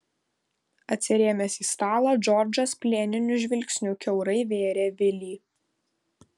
atsirėmęs į stalą džordžas plieniniu žvilgsniu kiaurai vėrė vilį